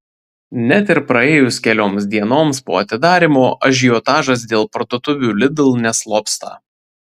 net ir praėjus kelioms dienoms po atidarymo ažiotažas dėl parduotuvių lidl neslopsta